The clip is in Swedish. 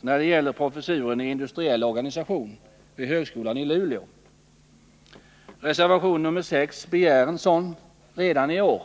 när det gäller professuren i industriell organisation vid högskolan i Luleå. I reservation 6 begärs en sådan redan i år.